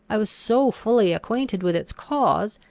i was so fully acquainted with its cause,